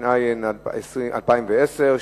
התש"ע 2010,